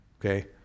okay